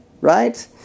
right